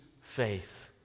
faith